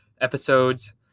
episodes